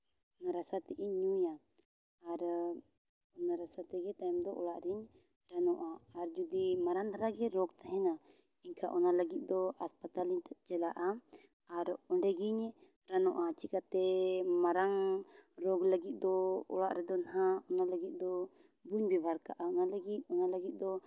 ᱨᱟᱥᱟ ᱛᱮᱫ ᱤᱧ ᱧᱩᱭᱟ ᱟᱨ ᱚᱱᱟ ᱨᱟᱥᱟ ᱛᱮᱜᱮ ᱛᱟᱭᱚᱢ ᱫᱚ ᱚᱲᱟᱜ ᱨᱮᱧ ᱨᱟᱱᱚᱜᱼᱟ ᱟᱨ ᱡᱩᱫᱤ ᱢᱟᱨᱟᱝ ᱫᱷᱟᱨᱟ ᱜᱮ ᱨᱳᱜᱽ ᱛᱟᱦᱮᱱᱟ ᱮᱱᱷᱟᱡ ᱚᱱᱟ ᱞᱟᱹᱜᱤᱫ ᱫᱚ ᱦᱟᱥᱯᱟᱛᱟᱞᱤᱧ ᱪᱟᱞᱟᱜᱼᱟ ᱟᱨ ᱚᱸᱰᱮ ᱜᱮᱧ ᱨᱟᱱᱚᱜᱼᱟ ᱪᱮᱠᱟᱛᱮ ᱢᱟᱨᱟᱝ ᱨᱳᱜᱽ ᱞᱟᱹᱜᱤᱫ ᱫᱚ ᱚᱲᱟᱜ ᱨᱮᱫᱚ ᱱᱟᱦᱟᱸᱜ ᱚᱱᱟ ᱞᱟᱹᱜᱤᱫ ᱫᱚ ᱵᱟᱹᱧ ᱵᱮᱵᱮᱦᱟᱨ ᱠᱟᱜᱼᱟ ᱢᱟᱱᱮ ᱜᱮ ᱚᱟᱱ ᱞᱟᱹᱜᱤᱫ ᱫᱚ